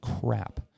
crap